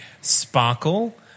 sparkle